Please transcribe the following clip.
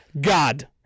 God